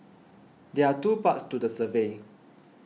there are two parts to the survey